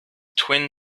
twin